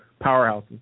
powerhouses